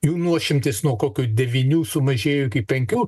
jų nuošimtis nuo kokių devynių sumažėjo iki penkių